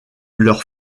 leur